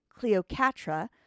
Cleocatra